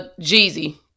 Jeezy